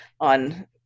on